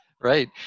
Right